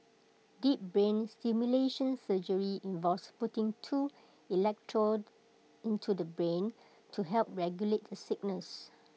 deep brain stimulation surgery involves putting two electrodes into the brain to help regulate the signals